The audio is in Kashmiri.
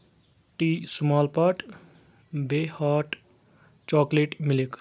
ٹی سُمال پاٹ بیٚیہِ ہاٹ چوکلیٹ مِلک